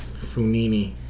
Funini